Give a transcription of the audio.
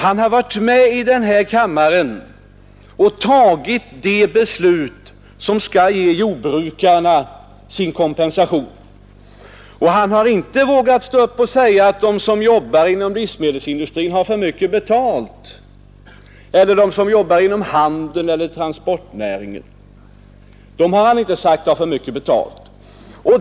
Han har varit med om de beslut som ger jordbrukarna kompensation, och han har inte vågat stå upp och säga att de som arbetar inom livsmedelsindustrin har för mycket betalt eller att de som arbetar inom handel eller transportnäring har för mycket betalt.